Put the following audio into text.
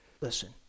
Listen